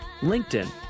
LinkedIn